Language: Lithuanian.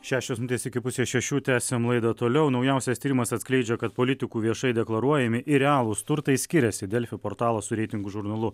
šešios minutės iki pusės šešių tęsiam laidą toliau naujausias tyrimas atskleidžia kad politikų viešai deklaruojami ir realūs turtai skiriasi delfi portalas su reitingų žurnalu